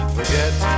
Forget